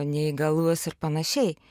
neįgalus ir panašiai